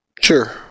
Sure